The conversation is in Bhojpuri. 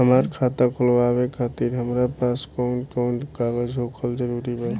हमार खाता खोलवावे खातिर हमरा पास कऊन कऊन कागज होखल जरूरी बा?